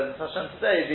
Today